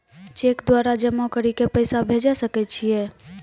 Cheque द्वारा जमा करि के पैसा भेजै सकय छियै?